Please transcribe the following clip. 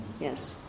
Yes